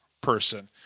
person